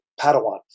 Padawan